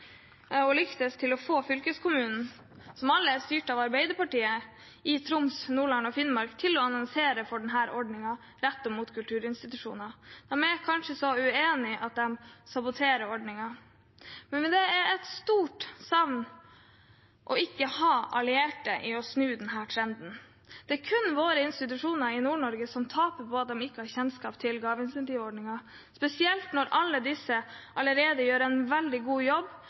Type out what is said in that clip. ikke lyktes med å få fylkeskommunene i Finnmark, Troms og Nordland, som alle er styrt av Arbeiderpartiet, til å annonsere for denne ordningen rettet mot kulturinstitusjoner. De er kanskje så uenige at de saboterer ordningen. Men det er en stort savn ikke å ha allierte til å snu denne trenden. Det er kun våre institusjoner i Nord-Norge som taper på at de ikke har kjennskap til gaveforsterkningsordningen, spesielt når disse allerede gjør en veldig god jobb